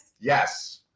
Yes